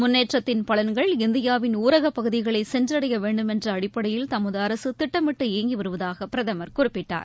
முன்னேற்றத்தின் பலன்கள் இந்தியாவின் ஊரகப்பகுதிகளைசென்றடயவேண்டுமென்றஅடிப்படையில் தமதுஅரசுதிட்டமிட்டு இயங்கிவருவதாகபிரதமா் குறிப்பிட்டார்